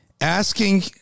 Asking